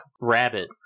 rabbit